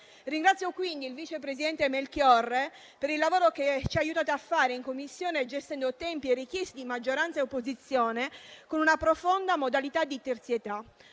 Ringrazio quindi il vice presidente Melchiorre per il lavoro che ci ha aiutato a fare in Commissione, gestendo tempi e richieste di maggioranza e opposizione con profonda terzietà.